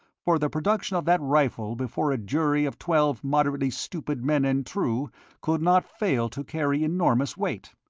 for the production of that rifle before a jury of twelve moderately stupid men and true could not fail to carry enormous weight.